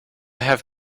have